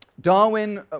Darwin